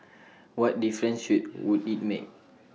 what difference should would IT make